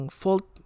fault